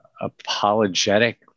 apologetic